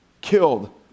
killed